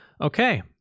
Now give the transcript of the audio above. okay